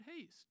haste